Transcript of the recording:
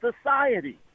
society